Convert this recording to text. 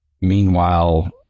meanwhile